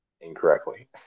incorrectly